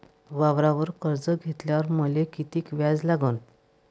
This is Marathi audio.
वावरावर कर्ज घेतल्यावर मले कितीक व्याज लागन?